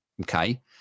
okay